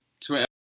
Twitter